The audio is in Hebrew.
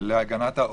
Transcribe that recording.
להגנת העורף,